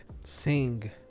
Sing